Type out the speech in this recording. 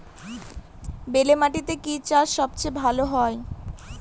বেলে মাটিতে কি চাষ সবচেয়ে ভালো হয়?